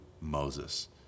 moses